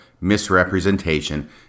misrepresentation